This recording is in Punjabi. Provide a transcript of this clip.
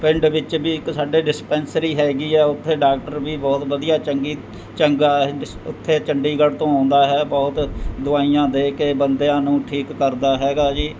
ਪਿੰਡ ਵਿੱਚ ਵੀ ਇੱਕ ਸਾਡੇ ਡਿਸਪੈਂਸਰੀ ਹੈਗੀ ਹੈ ਉੱਥੇ ਡਾਕਟਰ ਵੀ ਬਹੁਤ ਵਧੀਆ ਚੰਗੀ ਚੰਗਾ ਉੱਥੇ ਚੰਡੀਗੜ੍ਹ ਤੋਂ ਆਉਂਦਾ ਹੈ ਬਹੁਤ ਦਵਾਈਆਂ ਦੇ ਕੇ ਬੰਦਿਆਂ ਨੂੰ ਠੀਕ ਕਰਦਾ ਹੈਗਾ ਜੀ